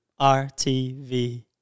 RTV